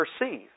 perceive